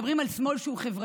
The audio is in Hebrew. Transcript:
מדברים על שמאל שהוא חברתי,